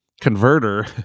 converter